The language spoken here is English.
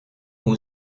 who